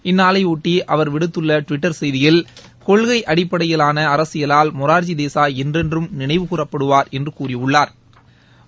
இந்நாளைபொட்டி அவர் விடுத்துள்ள டுவிட்டர் செய்தியில் கொள்கை அடிப்படையிலான அரசியலால் மொராா்ஜி தேசாய் என்றென்றும் நினைவு கூறப்படுவாா் என்று கூறியுள்ளாா்